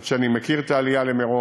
ואני מכיר את העלייה למירון,